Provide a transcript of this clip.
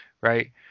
right